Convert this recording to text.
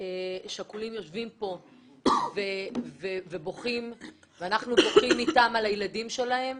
יושבים הורים שכולים ובוכים ואנחנו בוכים אתם על הילדים שלהם,